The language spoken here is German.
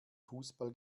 fußball